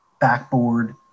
backboard